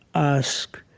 ah ask,